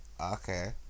okay